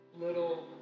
little